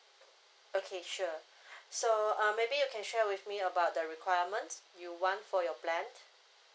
okay sure so uh maybe you can share with me about the requirement you want for your plan